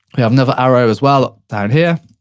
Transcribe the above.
we have another arrow as well, down here.